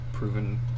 proven